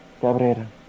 Cabrera